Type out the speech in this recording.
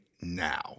now